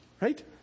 right